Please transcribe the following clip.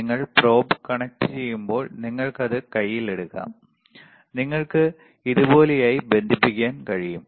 നിങ്ങൾ probe കണക്റ്റുചെയ്യുമ്പോൾ നിങ്ങൾക്കത് കൈയ്യിൽ എടുക്കാം നിങ്ങൾക്ക് ഇതുപോലെയായി ബന്ധിപ്പിക്കാൻ കഴിയും